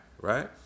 Right